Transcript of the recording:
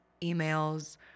emails